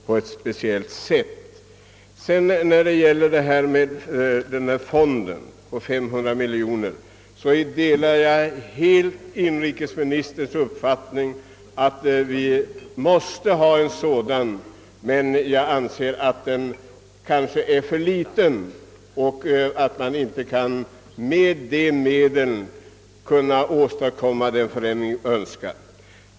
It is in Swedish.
Jag delar helt inrikesministerns uppfattning, att vi måste ha en sådan här näringspolitisk fond. Emellertid anser jag att beloppet 500 miljoner kan vara för lågt i sammanhanget — medlen förslår kanske inte för att åstadkomma den förändring vi önskar.